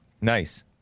Nice